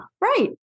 right